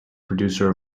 producer